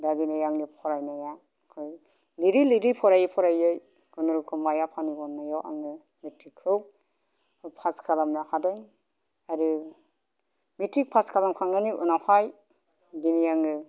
दा दिनै आंनि फरायनाया लिरै लिरै फरायै फरायै खुनुरुखुम आइ आफानि अन्नायाव आङो मेट्रिक खौ पास खालामनो हादों आरो मेट्रिक पास खालामखांनायनि उनावहाय दिनै आङो